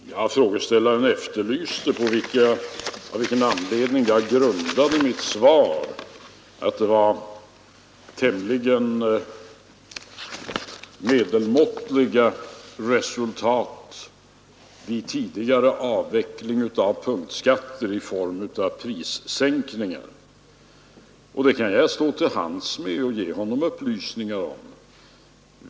Herr talman! Frågeställaren efterlyste på vilka grunder jag i mitt svar uttalade att tidigare avveckling av punktskatter hade givit tämligen medelmåttiga resultat i form av prissänkningar. Jag kan också stå till förfogande med upplysningar om detta.